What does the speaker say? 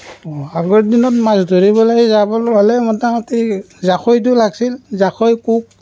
অঁ আগৰ দিনত মাছ ধৰিবলৈ যাবলৈ ভালেই মোটামুটি জাকৈটো লাগিছিল জাকৈ কোক